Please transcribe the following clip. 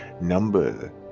number